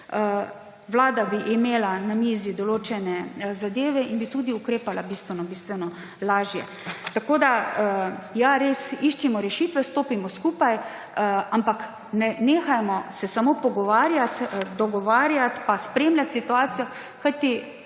Vlada bi imela na mizi določene zadeve in bi tudi ukrepala bistveno bistveno lažje. Ja, res, iščimo rešitve, stopimo skupaj, ampak nehajmo se samo pogovarjati, dogovarjati pa spremljati situacijo, kajti